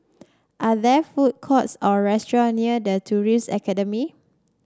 are there food courts or restaurant near The Tourism Academy